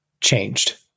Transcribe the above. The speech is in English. changed